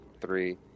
three